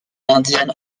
indienne